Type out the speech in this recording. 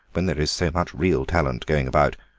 when there is so much real talent going about,